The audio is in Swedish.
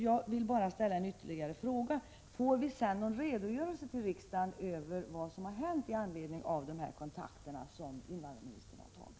Jag vill bara ställa ytterligare en fråga: Kommer vi senare att få någon redogörelse till riksdagen över vad som har hänt i anledning av dessa kontakter som invandrarministern har tagit?